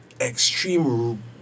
extreme